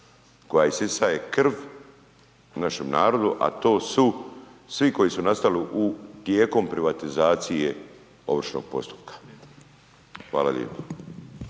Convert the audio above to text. koja isisava krv našem narodu a to su svi koji su nastali tijekom privatizacije ovršnog postupka. Hvala lijepa.